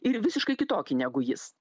ir visiškai kitokį negu jis